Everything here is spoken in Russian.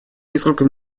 несколько